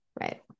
right